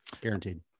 Guaranteed